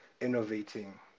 innovating